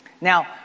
Now